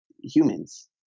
humans